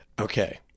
Okay